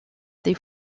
des